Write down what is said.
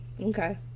okay